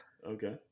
Okay